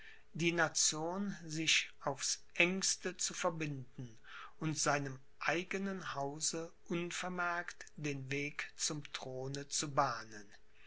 die nation sich aufs engste zu verbinden und seinem eigenen hause unvermerkt den weg zum throne zu bahnen